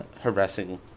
harassing